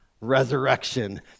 Resurrection